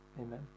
Amen